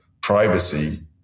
privacy